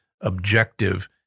objective